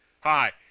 Hi